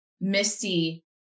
Misty